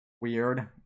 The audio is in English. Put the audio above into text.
weird